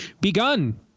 Begun